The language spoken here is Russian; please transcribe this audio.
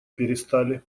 перестали